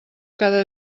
cada